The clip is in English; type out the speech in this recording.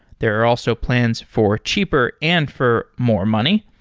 there are also plans for cheaper and for more money.